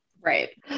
Right